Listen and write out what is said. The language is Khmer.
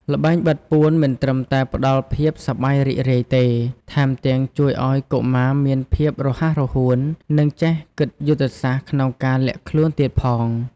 ល្បែងបិទពួនមិនត្រឹមតែផ្ដល់ភាពសប្បាយរីករាយទេ ថែមទាំងជួយឲ្យកុមារមានភាពរហ័សរហួន និងចេះគិតយុទ្ធសាស្ត្រក្នុងការលាក់ខ្លួនទៀតផង។